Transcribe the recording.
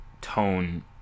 tone